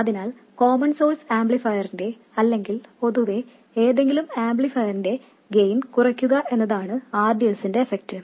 അതിനാൽ common source ആംപ്ലിഫയറിന്റെ അല്ലെങ്കിൽ പൊതുവെ ഏതെങ്കിലും ആംപ്ലിഫയറിന്റെ ഗെയിൻ കുറയ്ക്കുക എന്നതാണ് rds ന്റെ എഫെക്ട്